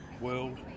world